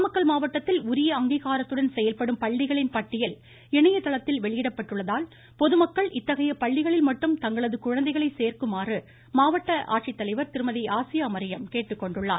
நாமக்கல் மாவட்டத்தில் உரிய அங்கீகாரத்துடன் செயல்படும் பள்ளிகளின் பட்டியல் இணையதளத்தில் வெளியிடப்பட்டுள்ளதால் பொதுமக்கள் இத்தகைய பள்ளிகளில் மட்டும் தங்களது குழந்தைகளை சோக்குமாறு மாவட்ட ஆட்சித்தலைவர் திருமதி ஆசியாமரியம் கேட்டுக்கொண்டுள்ளார்